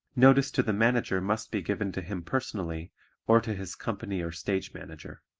notice to the manager must be given to him personally or to his company or stage manager.